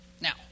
Now